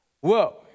Whoa